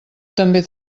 també